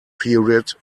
period